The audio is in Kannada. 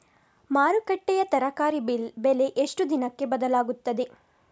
ಮಾರುಕಟ್ಟೆಯ ತರಕಾರಿ ಬೆಲೆ ಎಷ್ಟು ದಿನಕ್ಕೆ ಬದಲಾಗುತ್ತದೆ?